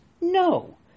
No